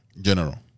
General